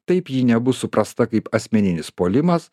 taip ji nebus suprasta kaip asmeninis puolimas